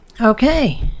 Okay